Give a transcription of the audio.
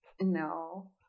No